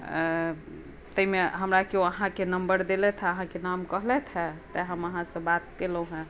ताहिमे हमरा कियो अहाँके नम्बर देलथि हेँ अहाँके नाम कहलथि हेँ तैँ हम अहाँसँ बात केलहुँ हेँ